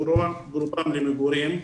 שברובם למגורים,